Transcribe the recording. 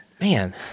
man